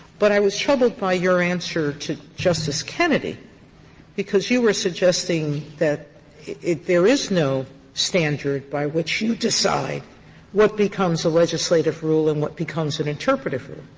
but i was troubled by your answer to justice kennedy because you were suggesting that there is no standard by which you decide what becomes a legislative rule and what becomes an interpretative rule.